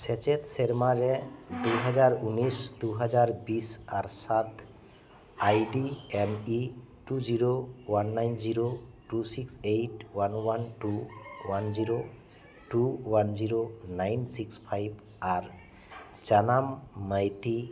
ᱥᱮᱪᱮᱫ ᱥᱮᱨᱢᱟ ᱨᱮ ᱫᱩᱦᱟᱡᱟᱨ ᱩᱱᱤᱥ ᱫᱩ ᱦᱟᱡᱟᱨ ᱵᱤᱥ ᱟᱨ ᱥᱟᱛ ID M E two zero one nine zero two six eight one one two one zero two one zero nine six five ᱟᱨ ᱡᱟᱱᱟᱢ ᱢᱟᱹᱭᱛᱤ